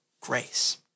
grace